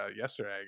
yesterday